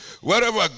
wherever